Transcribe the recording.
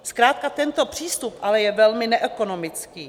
Zkrátka tento přístup je ale velmi neekonomický.